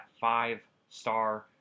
five-star